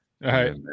right